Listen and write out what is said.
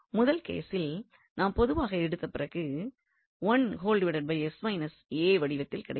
முதல் கேசில் நாம் பொதுவாக எடுத்த பிறகு வடிவத்தில் கிடைக்கிறது